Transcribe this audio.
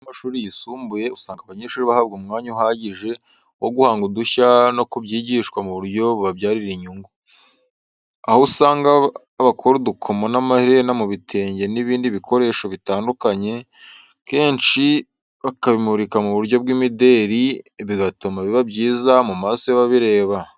Mu bigo by’amashuri yisumbuye, usanga abanyeshuri bahabwa umwanya uhagije wo guhanga udushya no kubyigishwa mu buryo bubabyarira inyungu. Aho, usanga bakora udukomo n’amaherena mu bitenge n’ibindi bikoresho bitandukanye, kenshi bakabimurika mu buryo bw’imideli, bigatuma biba byiza mu maso y’ababireba.